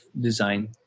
design